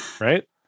right